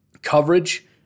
Coverage